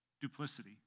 duplicity